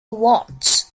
what